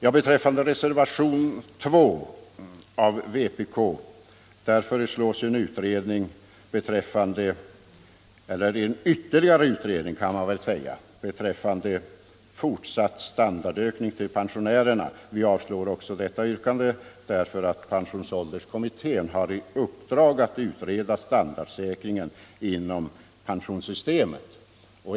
I reservationen 2 från vpk föreslås ytterligare utredning beträffande fortsatt standardökning för pensionärerna. Vi avstyrker också detta yr 57 kande därför att pensionsålderskommittén har i uppdrag att utreda standardsäkringen inom pensionssystemet.